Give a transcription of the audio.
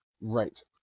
Right